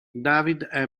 david